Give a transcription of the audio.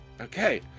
Okay